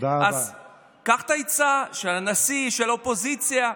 אז קח את העצה של הנשיא, של האופוזיציה,